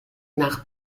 nach